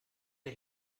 der